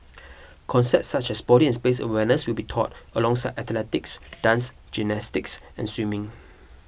concepts such as body and space awareness will be taught alongside athletics dance gymnastics and swimming